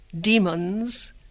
demons